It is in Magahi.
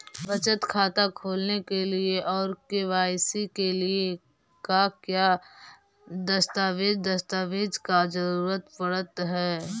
बचत खाता खोलने के लिए और के.वाई.सी के लिए का क्या दस्तावेज़ दस्तावेज़ का जरूरत पड़ हैं?